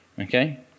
Okay